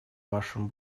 вашем